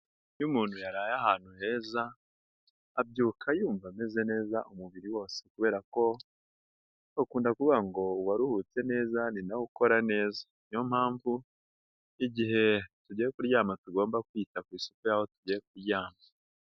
Iyo umuntu yaraye ahantu heza, abyuka yumva ameze neza umubiri wose kubera ko bakunda kuvuga ngo uwaruhutse neza, ni na we ukora neza. Niyo mpamvu igihe tugiye kuryama tugomba kwita ku isuku y'aho tugiye kuryama.